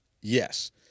yes